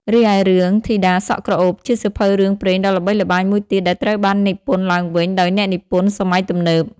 រីឯ រឿង ធីតាសក់ក្រអូប ជាសៀវភៅរឿងព្រេងដ៏ល្បីល្បាញមួយទៀតដែលត្រូវបាននិពន្ធឡើងវិញដោយអ្នកនិពន្ធសម័យទំនើប។